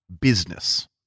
business